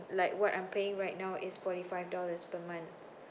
like what I'm paying right now is forty five dollars per month